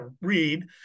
read